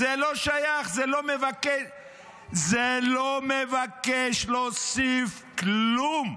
זה לא שייך, זה לא מבקש להוסיף כלום.